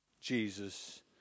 Jesus